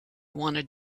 wanted